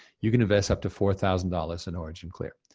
you can invest up to four thousand dollars in originclear.